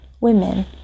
women